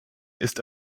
ist